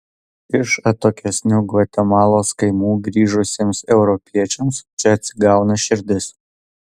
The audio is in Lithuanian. iš atokesnių gvatemalos kaimų grįžusiems europiečiams čia atsigauna širdis